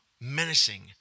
menacing